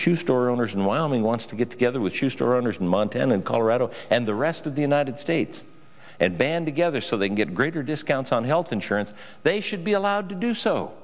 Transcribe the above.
shoe store owners in wyoming wants to get together with shoe store owners in montana and colorado and the rest of the united states and ban together so they can get greater discounts on health insurance they should be allowed to do so